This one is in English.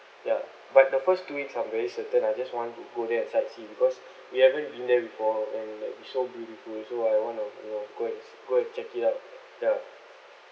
ya but the first two weeks I'm very certain I'm just want to go there and sightseeing because we haven't been there before and like it's so beautiful so I want to you know go and go and check it up ya